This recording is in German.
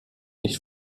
nicht